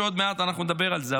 עוד מעט נדבר על זה,